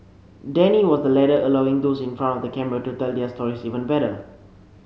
Danny was the latter allowing those in front of the camera to tell their stories even better